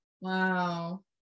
Wow